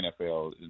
NFL